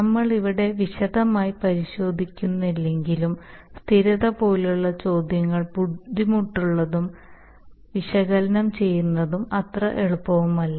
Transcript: നമ്മൾ ഇവിടെ വിശദമായി പരിശോധിക്കുന്നില്ലെങ്കിലും സ്ഥിരത പോലുള്ള ചോദ്യങ്ങൾ ബുദ്ധിമുട്ടുള്ളതും വിശകലനം ചെയ്യുന്നതും അത്ര എളുപ്പവുമല്ല